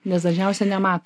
nes dažniausiai nemato